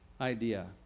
idea